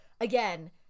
again